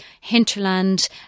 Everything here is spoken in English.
Hinterland